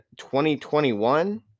2021